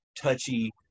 touchy